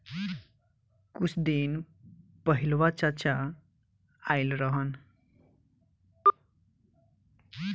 कुछ दिन पहिलवा चाचा आइल रहन